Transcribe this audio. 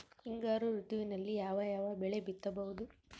ಹಿಂಗಾರು ಋತುವಿನಲ್ಲಿ ಯಾವ ಯಾವ ಬೆಳೆ ಬಿತ್ತಬಹುದು?